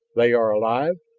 they are alive!